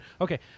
okay